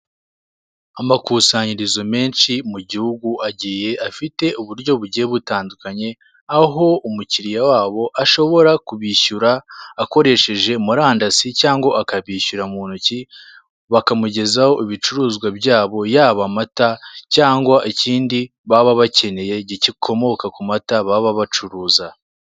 Amakusanyirizo menshi mu gihugu agiye afite uburyo bugiye butandukanye aho umukiriya wabo ashobora kubishyura akoresheje murandasi cyangwa akabishyura mu ntoki bakamugezaho ibicuruzwa byabo yaba amata cyangwa ikindi baba bakeneye gikomoka ku mata baba bacuruza.